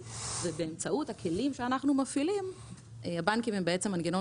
ובאמצעות הכלים שאנחנו מפעילים הבנקים הם מנגנון